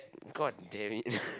god damn it